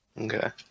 Okay